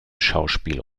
schauspiel